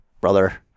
brother